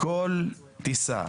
בכל טיסה,